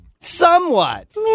Somewhat